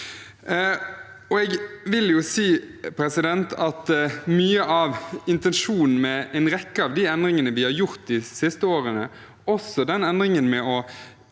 Jeg vil si at mye av intensjonen med en rekke av de endringene vi har gjort de siste årene, også endringen med å